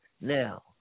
Now